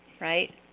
right